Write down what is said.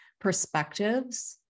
perspectives